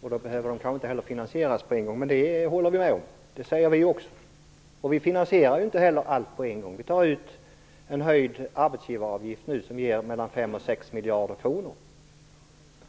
och då behöver de kanske inte heller finansieras på en gång. Det håller vi med om. Det säger vi också. Vi finansierar inte heller allt på en gång. Vi tar ut en höjd arbetsgivaravgift nu som ger mellan 5 och 6 miljarder kronor.